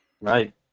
right